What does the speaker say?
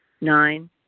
Nine